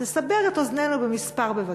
תסבר את אוזנינו במספר, בבקשה.